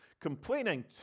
Complaining